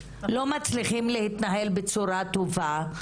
לא מצליחים להתנהל בצורה טובה,